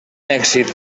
èxit